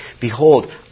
behold